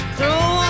Throw